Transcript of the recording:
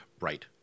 Right